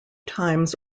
times